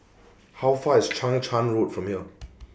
How Far IS Chang Charn Road from here